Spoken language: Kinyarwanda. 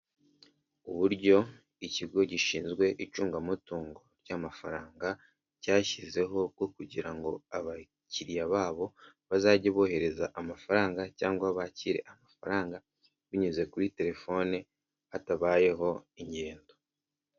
Uburyo ikigo gishinzwe icungamutungo ry'amafaranga cyashyizeho bwo kugira ngo abakiriya babo bazajye bohereza amafaranga cyangwa bakire amafaranga binyuze kuri terefone hatabayeho ingendo.